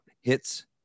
HITS